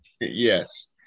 yes